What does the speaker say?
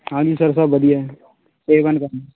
ਹਾਂਜੀ ਸਰ ਸਭ ਵਧੀਆ ਏ ਵਨ ਕੰਮ